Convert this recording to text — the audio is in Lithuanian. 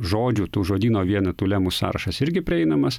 žodžių tų žodyno vienetų lemų sąrašas irgi prieinamas